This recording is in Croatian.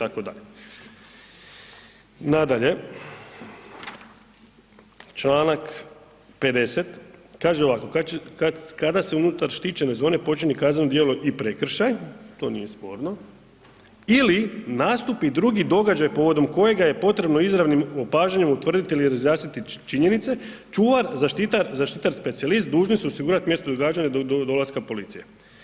Nadalje, čl. 50. kaže ovako, kada se unutar štićene zone počini kazneno djelo i prekršaj, to nije sporno ili nastupi drugi događaj povodom kojega je potrebno izravnim opažanjem utvrditi ili razjasniti činjenice, čuvar, zaštitar, zaštitar specijalist dužni su osigurat mjesto događanja do dolaska policije.